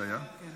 אני